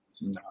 No